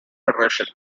federation